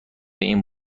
این